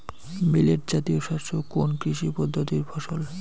Millet জাতীয় শস্য কোন কৃষি পদ্ধতির ফসল?